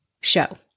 show